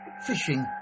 fishing